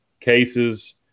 cases